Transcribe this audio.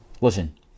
Listen